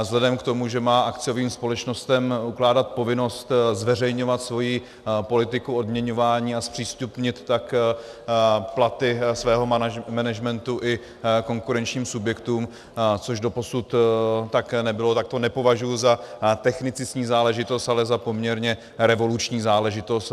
Vzhledem k tomu, že má akciovým společnostem ukládat povinnost zveřejňovat svoji politiku odměňování a zpřístupnit tak platy svého managementu i konkurenčním subjektům, což doposud tak nebylo, tak to nepovažuji za technicistní záležitost, ale za poměrně revoluční záležitost.